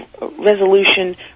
resolution